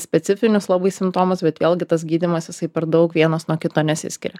specifinius labai simptomus bet vėlgi tas gydymas jisai per daug vienas nuo kito nesiskiria